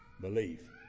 Belief